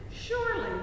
Surely